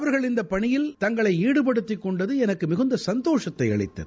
அவர்கள் இந்த பணியில் தங்களை ஈடுபடுத்திக் கொண்டது எனக்கு மிகுந்த சந்தோஷத்தை அளித்தது